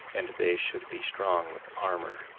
and they should be strong with armor,